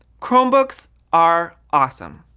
chromebooks are awesome.